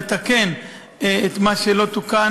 לתקן את מה שלא תוקן,